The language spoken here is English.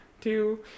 two